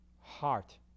heart